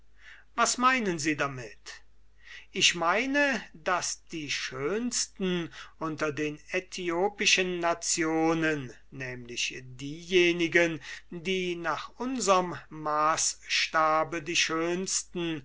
was meinen sie damit ich meine daß die schönsten unter den äthiopischen nationen nämlich diejenigen die nach unserm maßstabe die schönsten